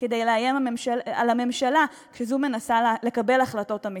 כדי לאיים על הממשלה כשהיא מנסה לקבל החלטות אמיצות.